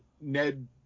Ned